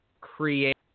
create